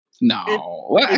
No